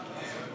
גברתי השרה,